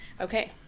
Okay